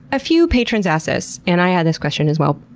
a few patrons asked us, and i had this question as well.